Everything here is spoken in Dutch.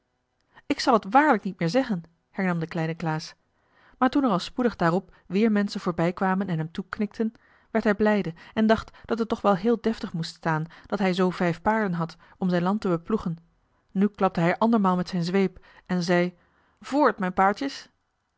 ik zal het waarlijk niet meer zeggen hernam de kleine klaas maar toen er al spoedig daarop weer menschen voorbijkwamen en hem toeknikten werd hij blijde en dacht dat het toch wel heel deftig moest staan dat hij zoo vijf paarden had om zijn land te beploegen nu klapte hij andermaal met zijn zweep en zei voort mijn paardjes